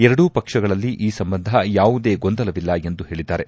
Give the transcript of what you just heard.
ಎರಡೂ ಪಕ್ಷಗಳಲ್ಲಿ ಈ ಸಂಬಂಧ ಯಾವುದೇ ಗೊಂದಲವಿಲ್ಲ ಎಂದು ಹೇಳಿದ್ಗಾರೆ